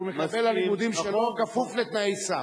הוא מקבל על הלימודים שלו, כפוף לתנאי סף.